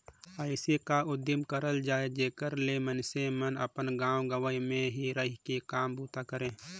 अइसे का उदिम करल जाए जेकर ले मइनसे मन अपन गाँव गंवई में ही रहि के काम बूता करें